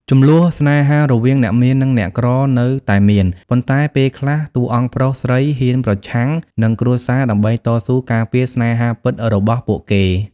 ជម្លោះស្នេហារវាងអ្នកមាននិងអ្នកក្រនៅតែមាន ប៉ុន្តែពេលខ្លះ តួអង្គប្រុសស្រីហ៊ានប្រឆាំងនឹងគ្រួសារដើម្បីតស៊ូការពារស្នេហាពិតរបស់ពួកគេ។